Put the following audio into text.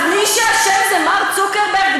אז מי שאשם זה מארק צוקרברג?